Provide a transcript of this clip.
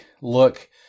look